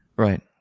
right,